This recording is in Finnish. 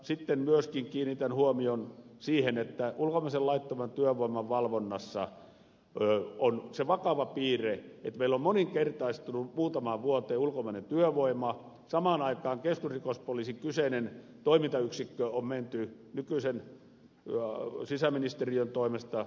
sitten myöskin kiinnitän huomion siihen että ulkomaisen laittoman työvoiman valvonnassa on se vakava piirre että kun meillä on moninkertaistunut muutamaan vuoteen ulkomainen työvoima samaan aikaan keskusrikospoliisin kyseinen toimintayksikkö on menty nykyisen sisäministerin toimesta lakkauttamaan